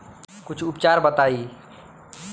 कुछ उपचार बताई?